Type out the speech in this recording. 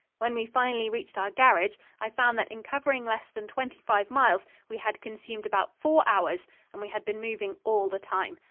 when we finally reached our garage, i found that in covering less than twenty-five miles, we had consumed about four hours and we had been moving all the time.